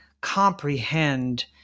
comprehend